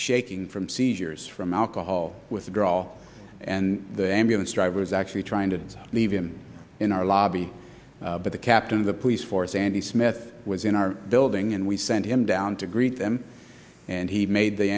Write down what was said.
shaking from seizures from alcohol withdrawal and the ambulance drivers actually trying to leave him in our lobby but the captain of the police force andy smith was in our building and we sent him down to greet them and he made the